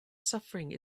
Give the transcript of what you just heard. suffering